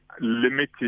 limited